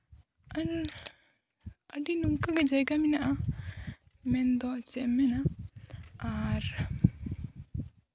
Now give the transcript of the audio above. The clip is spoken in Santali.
ᱟᱹᱰᱤ ᱱᱚᱝᱠᱟᱜᱮ ᱡᱟᱭᱜᱟ ᱢᱮᱱᱟᱜᱼᱟ ᱢᱮᱱᱫᱚ ᱪᱮᱫ ᱮᱢ ᱢᱮᱱᱟ ᱟᱨ